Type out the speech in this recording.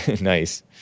nice